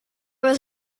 was